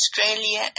australia